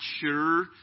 sure